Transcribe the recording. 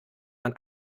man